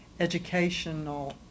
educational